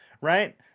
Right